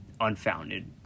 unfounded